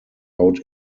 out